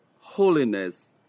holiness